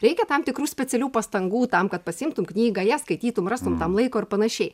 reikia tam tikrų specialių pastangų tam kad pasiimtum knygą ją skaitytum rastumei tam laiko ir panašiai